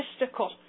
mystical